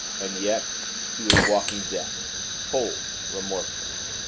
and yet he was walking death cold remorseless.